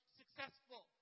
successful